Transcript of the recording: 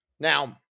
Now